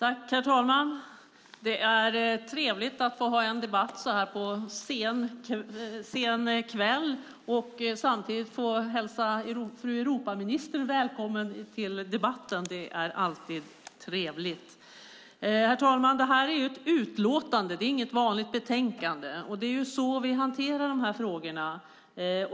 Herr talman! Det är trevligt att under en sen kväll få hälsa fru Europaministern välkommen till debatten. Det är alltid trevligt. Herr talman! Det här är ett utlåtande, inte ett vanligt betänkande. Det är så vi hanterar frågorna.